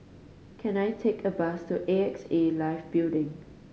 can I take a bus to A X A Life Building